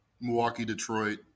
Milwaukee-Detroit